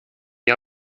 die